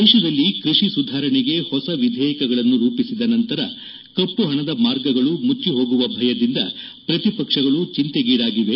ದೇಶದಲ್ಲಿ ಕ್ಷಷಿ ಸುಧಾರಣೆಗೆ ಹೊಸ ವಿಧೇಯಕಗಳನ್ನು ರೂಪಿಸಿದ ನಂತರ ಕಪ್ಪು ಪಣದ ಮಾರ್ಗಗಳು ಮುಜ್ಜಿಹೋಗುವ ಭಯದಿಂದ ಪ್ರತಿಪಕ್ಷಗಳು ಚಿಂತೆಗೇಡಾಗಿವೆ